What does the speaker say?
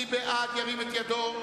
מי בעד, ירים את ידו.